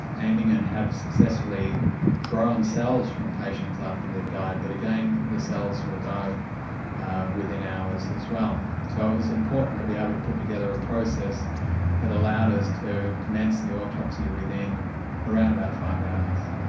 aiming and have successfully grown cells from patients after they've died, but again, the cells will die within hours as well. so it's important to be able to put together a process that allowed us to commence the autopsy within around about five hours.